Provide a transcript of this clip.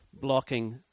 blocking